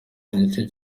gice